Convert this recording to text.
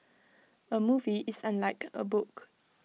A movie is unlike A book